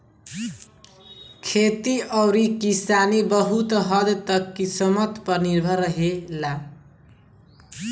खेती अउरी किसानी बहुत हद्द तक किस्मत पर निर्भर रहेला